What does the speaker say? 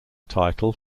title